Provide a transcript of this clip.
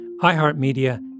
iHeartMedia